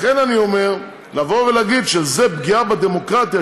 לכן אני אומר: לבוא ולהגיד שזו פגיעה בדמוקרטיה,